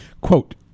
Quote